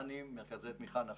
מת"נים מרכזי תמיכה נפשיים,